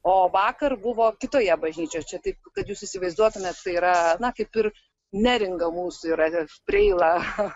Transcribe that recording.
o vakar buvo kitoje bažnyčioje čia taip kad jūs įsivaizduotumėt tai yra na kaip ir neringa mūsų yra preila